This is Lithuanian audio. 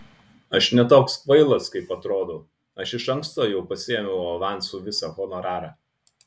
aš ne toks kvailas kaip atrodau aš iš anksto jau pasiėmiau avansu visą honorarą